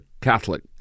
Catholic